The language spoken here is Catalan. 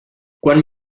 quan